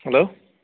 hello